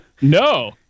no